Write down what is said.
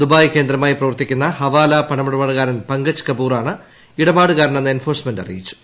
Dubai കേന്ദ്രമായി പ്രവർത്തിക്കുന്ന ഹവാലാ പണമിടപാടുകാരൻ പങ്കജ് കപൂറാണ് ഇടപാടുകാരനെന്ന് എൻഫോഴ്സ്മെന്റ അറിയിച്ചു